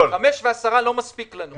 5.10 לא מספיק לנו.